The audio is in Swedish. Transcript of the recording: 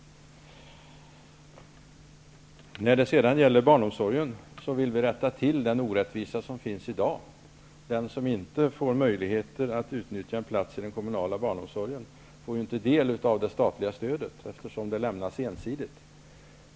När det sedan gäller barnomsorgen vill vi rätta till den orättvisa som finns i dag. Den som inte får möjlighet att utnyttja en plats i den kommunala barnomsorgen får ju inte del av det statliga stödet, eftersom det lämnas ensidigt.